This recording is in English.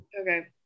okay